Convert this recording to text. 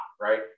right